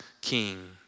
king